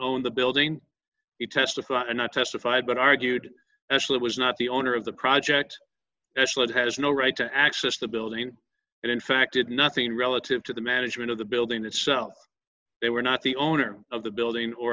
own the building he testified and not testified but argued that was not the owner of the project has no right to access the building and in fact it nothing relative to the management of the building itself they were not the owner of the building or